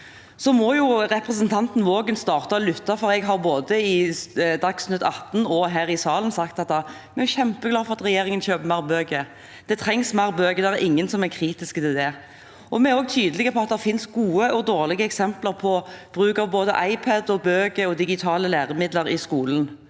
Representanten Waagen må begynne å lytte, for både i Dagsnytt 18 og her i salen har jeg sagt at vi er kjempeglade for at regjeringen kjøper mer bøker. Det trengs mer bøker; det er ingen som er kritiske til det. Vi er også tydelige på at det finnes gode og dårlige eksemp ler på bruk av både iPad, bøker og digitale læremidler i skolen.